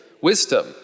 wisdom